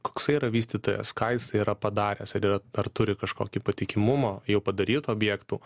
koks yra vystytojas ką jis yra padaręs ar yra ar turi kažkokį patikimumą jau padarytų objektų